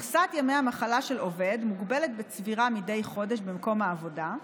מכסת ימי המחלה של עובד מוגבלת בצבירה מדי חודש במקום העבודה: